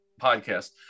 podcast